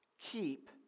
Keep